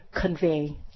convey